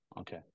okay